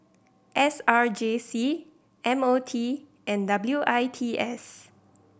S R J C M O T and W I T S